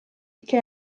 che